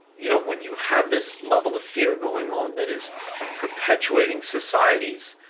you know when you have this level of fear going on that is perpetuating societies,